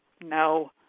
no